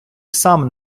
сам